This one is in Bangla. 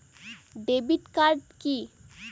ডেবিট কার্ড কি?